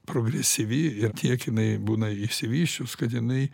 progresyvi ir tiek jinai būna išsivysčius kad jinai